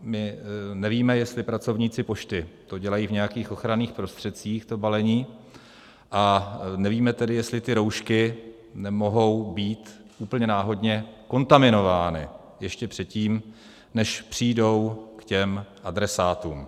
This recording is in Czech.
My nevíme, jestli pracovníci pošty to dělají v nějakých ochranných prostředcích, to balení, a nevíme tedy, jestli ty roušky nemohou být úplně náhodně kontaminovány ještě předtím, než přijdou k adresátům.